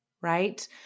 right